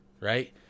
right